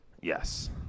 Yes